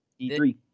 E3